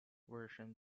version